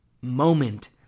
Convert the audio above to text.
moment